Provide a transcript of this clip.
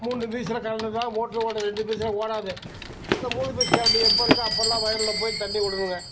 மூணு பேஸ்ல கரெண்ட் இருந்தால் தான் மோட்டர் ஓடும் ரெண்டு பேஸ்ல ஓடாது இந்த மூணு பீஸ் கரெண்டு எப்போ இருக்கோ அப்போல்லாம் போய் வயலில் போய் தண்ணி விடணுங்க